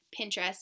Pinterest